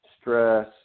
stress